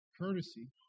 courtesy